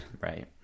Right